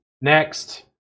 Next